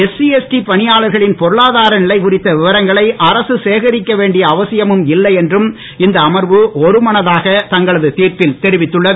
SC ST பணியாளர்களின் பொருளாதார நிலை குறித்த விவரங்களை அரசு சேகரிக்க வேண்டிய அவசியமும் இல்லை என்றும் இந்த அமர்வு ஒரு மனமாக தங்களது தீர்ப்பில் தெரிவித்துள்ளது